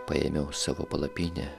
paėmiau savo palapinę